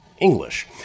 English